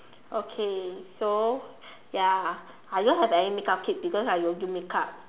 okay so ya I don't have any makeup tip because I don't do makeup